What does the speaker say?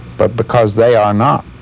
but because they are not.